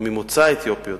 או ממוצא אתיופי,